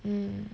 mm